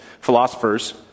philosophers